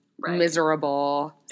miserable